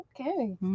Okay